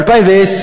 ב-2010,